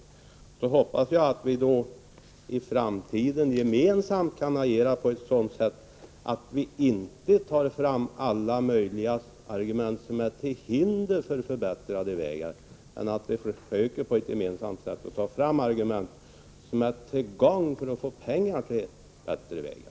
Jag hoppas att vi i framtiden gemensamt skall kunna agera på ett sådant sätt att vi inte tar fram alla möjliga argument som är till hinder för en förbättrad väg utan tar fram alla argument som är till gagn när det gäller att få pengar till bättre vägar.